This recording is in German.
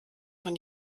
von